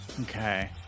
Okay